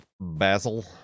Basil